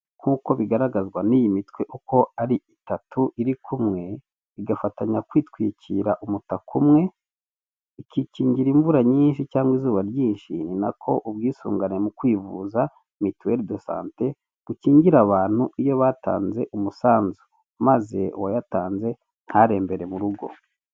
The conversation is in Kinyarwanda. Nkuko bigaragazwa n'iyi mitwe uko ari itatu iri kumwe, igafatanya kwitwikira umutaka umwe, ikikingira imvura nyinshi cyangwa izuba ryinshi, ni nako ubwisungane mu kwivuza ''mituweridosate'', bukingira abantu iyo batanze umusanzu, maze uwayatanze ntarembere mu rugo.